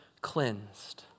cleansed